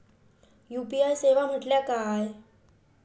UPI सेवा म्हटल्या काय?